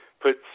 put